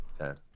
okay